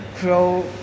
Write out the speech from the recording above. grow